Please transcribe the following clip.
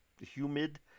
humid